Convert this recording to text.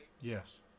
Yes